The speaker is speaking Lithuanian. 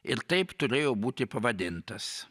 ir taip turėjo būti pavadintas